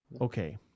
Okay